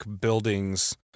buildings